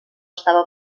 estava